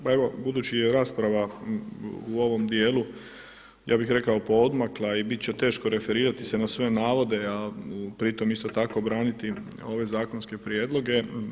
Pa evo budući je rasprava u ovom dijelu ja bih rekao poodmakla i bit će teško referirati se na sve navode, a pritom isto tako braniti ove zakonske prijedloge.